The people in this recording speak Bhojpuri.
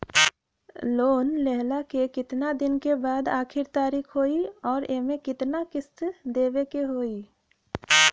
लोन लेहला के कितना दिन के बाद आखिर तारीख होई अउर एमे कितना किस्त देवे के होई?